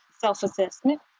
self-assessment